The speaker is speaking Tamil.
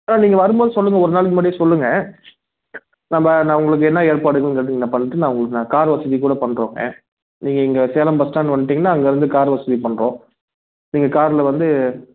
நீங்கள் வரும் போது சொல்லுங்கள் ஒரு நாளுக்கு முன்னாடியே சொல்லுங்கள் நம்ம நான் உங்களுக்கு என்ன ஏற்பாடுங்கிறது இங்கே பண்ணிட்டு நான் உங்களுக்கு நான் கார் வசதி கூட பண்ணுறோமே நீங்கள் இங்கே சேலம் பஸ்ஸ்டேண்ட் வந்துடிங்கன்னா அங்கே இருந்து கார் வசதி பண்ணுறோம் நீங்கள் காரில் வந்து